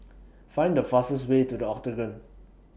Find The fastest Way to The Octagon